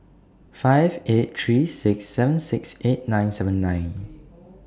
five eight three six seven six eight nine seven nine